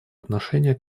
отношения